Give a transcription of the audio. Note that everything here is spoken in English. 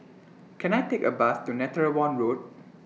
Can I Take A Bus to Netheravon Road